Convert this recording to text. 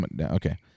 Okay